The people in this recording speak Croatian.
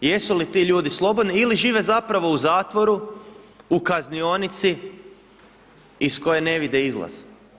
I jesu li ti ljudi slobodni ili žive zapravo u zatvoru, u kaznionici iz koje ne vide izlaz?